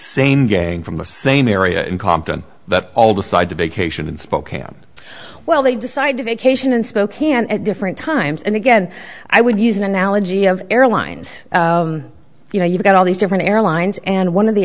same gang from the same area in compton that all decide to vacation in spokane well they decide to vacation in spokane at different times and again i would use an analogy of airlines you know you've got all these different airlines and one of the